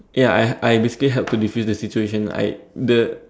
ya I I basically help to defuse the situation I the